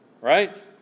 Right